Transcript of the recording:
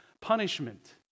punishment